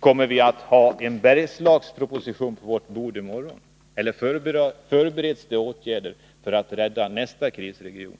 Kommer vi att ha en Bergslagsproposition på vårt bord i morgon, eller förbereds det åtgärder för att rädda nästa krisregion?